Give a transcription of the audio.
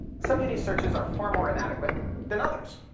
some uni searches are far more inadequate than others.